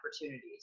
opportunities